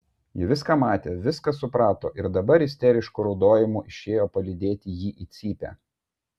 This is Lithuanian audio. ji viską matė viską suprato ir dabar isterišku raudojimu išėjo palydėti jį į cypę